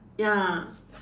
ya